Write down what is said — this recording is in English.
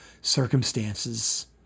circumstances